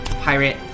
pirate